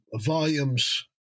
volumes